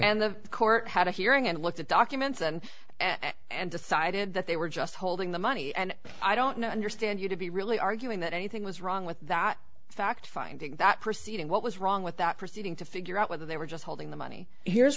and the court had a hearing and looked at documents and and decided that they were just holding the money and i don't know understand you to be really arguing that anything was wrong with that fact finding that proceeding what was wrong with that proceeding to figure out whether they were just holding the money here's